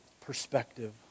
perspective